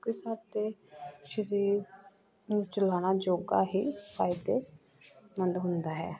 ਕਿਉਂਕਿ ਸਾਤੇ ਸਰੀਰ ਨੂੰ ਚਲਾਉਣਾ ਯੋਗਾ ਹੀ ਫਾਇਦੇਮੰਦ ਹੁੰਦਾ ਹੈ